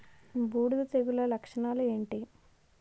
బూడిద తెగుల లక్షణాలు ఏంటి?